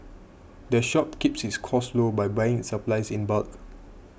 the shop keeps its costs low by buying its supplies in bulk